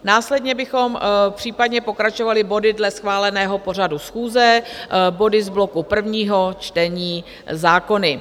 Následně bychom případně pokračovali body dle schváleného pořadu schůze, body z bloku prvního čtení zákony.